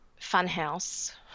funhouse